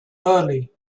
early